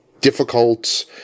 difficult